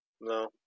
No